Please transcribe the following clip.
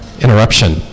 interruption